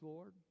Lord